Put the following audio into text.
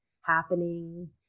happening